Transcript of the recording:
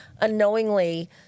unknowingly